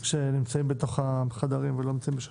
כשנמצאים בתוך החדרים ולא נמצאים בשטח.